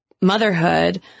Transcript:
motherhood